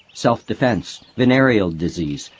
self-defence, venereal disease,